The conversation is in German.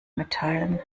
mitteilen